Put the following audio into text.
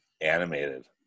animated